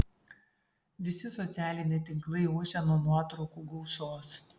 visi socialiniai tinklai ošia nuo nuotraukų gausos